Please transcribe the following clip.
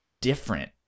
different